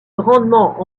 grandement